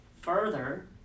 Further